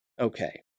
Okay